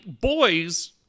boys